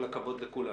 קורונה.